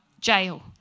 Jail